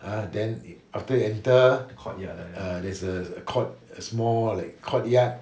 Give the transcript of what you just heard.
uh and then after you enter uh there's a a court~ a small courtyard